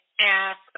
ask